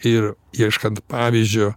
ir ieškant pavyzdžio